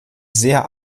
sehr